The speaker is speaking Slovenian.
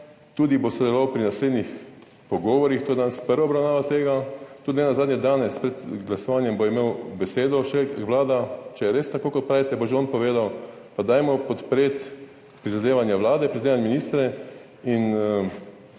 tudi sodeloval pri naslednjih pogovorih, to je danes prva obravnava tega. Nenazadnje bo tudi danes pred glasovanjem še imel besedo, vlada. Če je res tako, kot pravite, bo že on povedal. Dajmo podpreti prizadevanja Vlade, prizadevanja ministra in